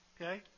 okay